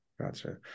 Gotcha